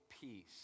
peace